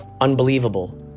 unbelievable